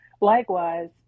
Likewise